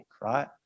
right